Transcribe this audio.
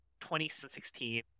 2016